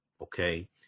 Okay